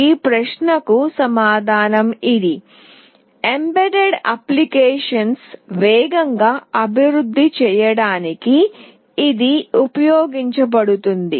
ఈ ప్రశ్నకు సమాధానం ఇది ఎంబెడెడ్ అనువర్తనాల వేగంగా అభివృద్ధి చేయడానికి ఇది ఉపయోగించబడుతుంది